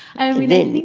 i mean,